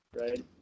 right